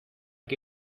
que